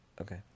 Okay